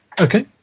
Okay